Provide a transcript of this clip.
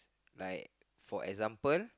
like for example